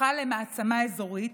הפכה למעצמה אזורית,